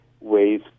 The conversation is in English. ways